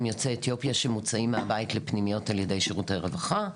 יוצאי אתיופיה שמוצעים מהבית לפנימיות על ידי שירותי הרווחה.